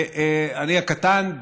ואני הקטן,